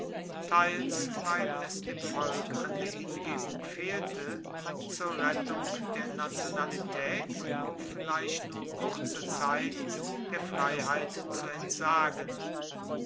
teils weil es dem volk an der hingebung fehlte zur rettung der nationalitaet auf vielleicht nur kurze zeit der freiheit zu entsagen